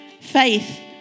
faith